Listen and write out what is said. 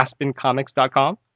AspenComics.com